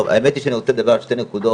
האמת היא שאני רוצה לדבר על שתי נקודות.